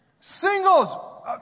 Singles